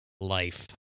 life